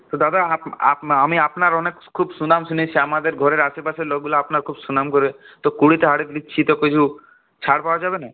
তো দাদা আপ আপ আমি আপনার অনেক খুব সুনাম শুনেছি আমাদের ঘরের আশেপাশের লোকগুলা আপনার খুব সুনাম করে তো কুড়িটা হাঁড়ি নিচ্ছি তো কিছু ছাড় পাওয়া যাবে না